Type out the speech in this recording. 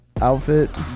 outfit